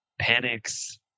Panics